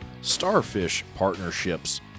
StarfishPartnerships